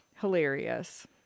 Hilarious